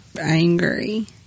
angry